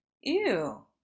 Ew